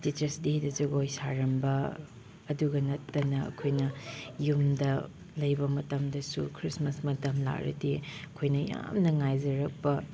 teachers ꯗꯦꯗ ꯖꯒꯣꯏ ꯁꯥꯔꯝꯕ ꯑꯗꯨꯗ ꯅꯠꯇꯅ ꯑꯩꯈꯣꯏꯅ ꯌꯨꯝꯗ ꯂꯩꯕ ꯃꯇꯝꯗꯁꯨ ꯈ꯭ꯔꯤꯁꯃꯥꯁ ꯃꯇꯝ ꯂꯥꯛꯂꯗꯤ ꯑꯩꯈꯣꯏꯅ ꯌꯥꯝꯅ ꯉꯥꯏꯖꯔꯛꯄ